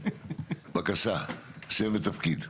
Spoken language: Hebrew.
בבקשה, שם ותפקיד?